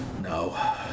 No